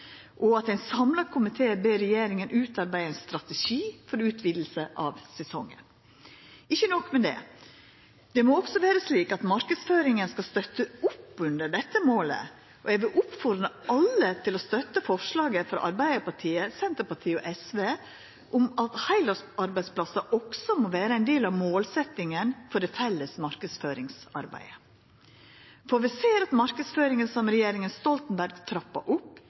og at ein samla komité ber regjeringa utarbeida ein strategi for utviding av sesongen. Ikkje nok med det – det må også vera slik at marknadsføringa skal støtta opp under dette målet. Eg vil oppmoda alle til å støtta forslaget frå Arbeidarpartiet, Senterpartiet og Sosialistisk Venstreparti om at heilårsarbeidsplassar også må vera ein del av målsetjinga for det felles marknadsføringsarbeidet, for vi ser at marknadsføringa som regjeringa Stoltenberg trappa opp,